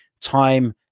time